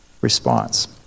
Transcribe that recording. response